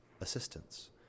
assistance